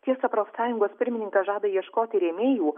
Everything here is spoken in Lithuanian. tiesa profsąjungos pirmininkas žada ieškoti rėmėjų